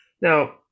Now